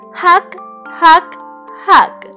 ,hug,hug,hug